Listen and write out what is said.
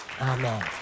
Amen